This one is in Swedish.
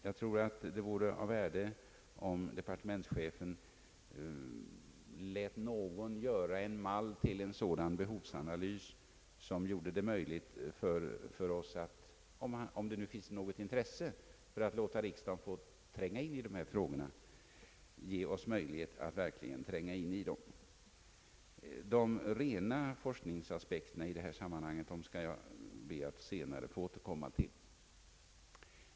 Jag tror att det vore av värde om departementschefen lät någon göra en mall till en sådan behovsanalys som gjorde det möjligt för oss att verkligen tränga in i dessa frågor, om det nu finns något intresse av att låta riksdagen göra det. | De rena forskningsaspekterna i detta sammanhang skall jag be att senare få återkomma till.